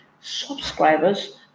subscribers